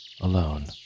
alone